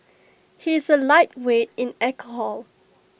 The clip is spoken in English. he is A lightweight in alcohol